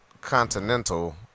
continental